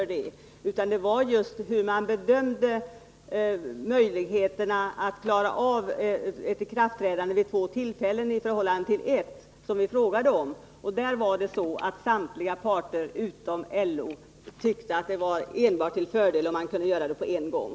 Jag frågade hur man bedömde möjligheterna att klara av ett ikraftträdande vid två tillfällen. Samtliga parter utom LO tyckte det var enbart till fördel om ikraftträdandet kunde ske på en gång.